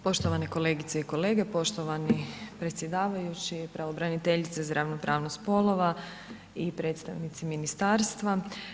Poštovane kolegice i kolege, poštovani predsjedavajući, pravobraniteljica za ravnopravnost spolova i predstavnici Ministarstva.